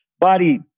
body